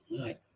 right